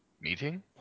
Meeting